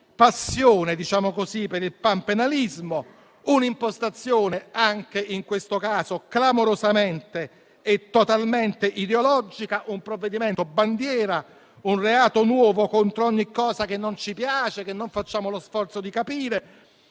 così - per il panpenalismo, un'impostazione anche in questo caso clamorosamente e totalmente ideologica, con un provvedimento bandiera, un reato nuovo contro ogni cosa che non ci piace, che non facciamo lo sforzo di capire